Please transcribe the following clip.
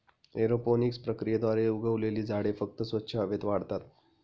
aeroponics प्रक्रियेद्वारे उगवलेली झाडे फक्त स्वच्छ हवेत वाढतात